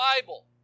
Bible